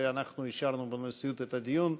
ואנחנו אישרנו בנשיאות את הדיון.